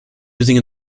using